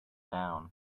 down